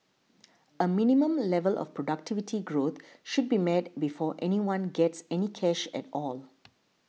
a minimum level of productivity growth should be met before anyone gets any cash at all